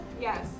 yes